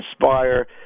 inspire